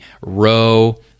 row